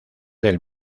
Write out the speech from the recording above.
del